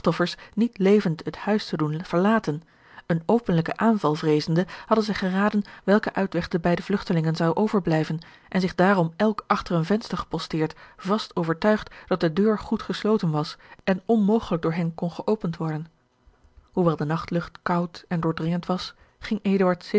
niet levend het huis te doen verlaten een openlijken aanval vreezende hadden zij geraden welken uitweg de beide vlugelingen zou overblijven en zich daarom elk achter een venster geposteerd vast overtuigd dat de deur goed gesloten was en onmogelijk door hen kon geopend worden hoewel de nachtlucht koud en doordringend was ging